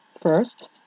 First